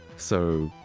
so.